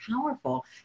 powerful